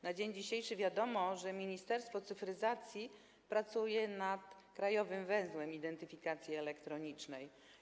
Na dzień dzisiejszy wiadomo, że Ministerstwo Cyfryzacji pracuje nad krajowym węzłem identyfikacji elektronicznej.